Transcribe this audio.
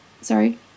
Sorry